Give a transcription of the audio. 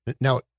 Now